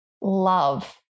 Love